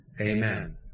Amen